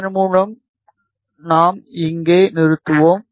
இதன் மூலம் நாம் இங்கே நிறுத்துவோம்